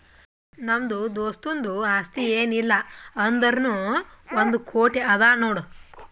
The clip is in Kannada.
ನಮ್ದು ದೋಸ್ತುಂದು ಆಸ್ತಿ ಏನ್ ಇಲ್ಲ ಅಂದುರ್ನೂ ಒಂದ್ ಕೋಟಿ ಅದಾ ನೋಡ್